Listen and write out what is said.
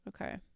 Okay